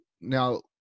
now